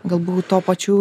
galbūt to pačių